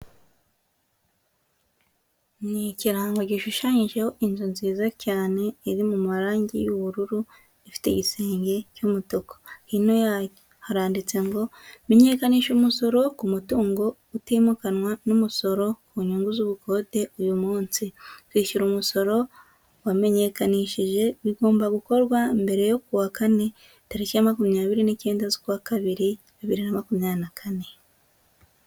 Ni ikirango gishushanyijeho inzu nziza cyane, iri mu marangi y'ubururu, ifite igisenge cy'umutuku. Hino yayo haranditse ngo "menyekanisha umusoro ku mutungo utimukanwa n'umusoro ku nyungu z'ubukode uyu munsi". Kwishyura umusoro wamenyekanishije, bigomba gukorwa mbere yo ku wa kane, tariki ya makumyabiri n'icyenda z'ukwa kabiri, bibiri na makumyabiri kane.